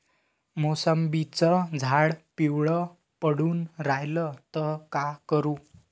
मोसंबीचं झाड पिवळं पडून रायलं त का करू?